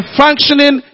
functioning